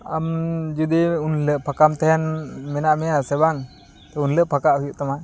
ᱟᱢ ᱡᱩᱫᱤ ᱩᱱᱦᱤᱞᱳᱜ ᱯᱷᱟᱠᱟᱢ ᱛᱟᱦᱮᱱ ᱢᱮᱱᱟᱜ ᱢᱮᱭᱟ ᱥᱮ ᱵᱟᱝ ᱩᱱᱦᱤᱞᱳᱜ ᱯᱷᱟᱠᱟᱜ ᱦᱩᱭᱩᱜ ᱛᱟᱢᱟ